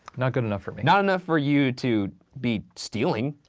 not good enough for me. not enough for you to be stealing.